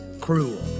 cruel